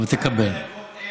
קיבל, קיבל.